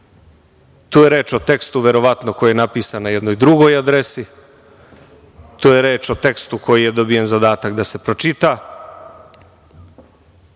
Tu je reč o tekstu, verovatno, koji je napisan na jednoj drugoj adresi, tu je reč o tekstu za koji je dobijen zadatak da se pročita.